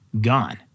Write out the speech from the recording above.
gone